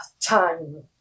Time